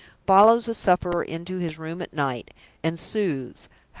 follows the sufferer into his room at night and soothes,